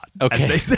Okay